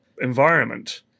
environment